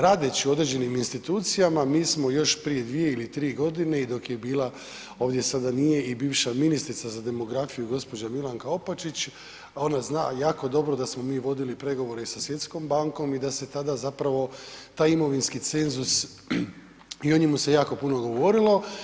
Radeći u određenim institucijama mi smo još prije 2 ili 3 godine i dok je bila, ovdje sada nije i bivša ministrica za demografiju gospođa Milanka Opačić ona zna jako dobro da smo mi vodili pregovore i sa Svjetskom bankom i da se tada zapravo taj imovinski cenzus i o njemu se jako puno govorilo.